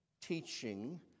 teaching